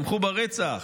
תמכו ברצח,